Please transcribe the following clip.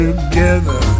Together